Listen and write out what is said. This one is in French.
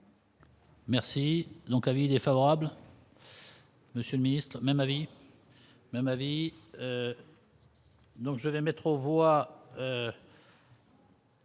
Merci donc avis défavorable. Monsieur le ministre, même avis.